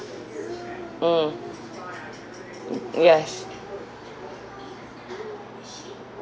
mm yes